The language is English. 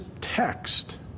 text